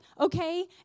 okay